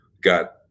got